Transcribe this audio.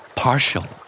partial